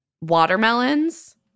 watermelons